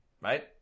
right